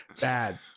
Bad